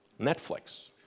Netflix